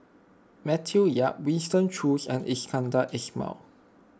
Matthew Yap Winston Choos and Iskandar Ismail